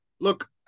Look